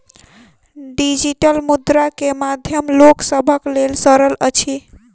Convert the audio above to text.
digital मुद्रा के माध्यम लोक सभक लेल सरल अछि